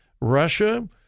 Russia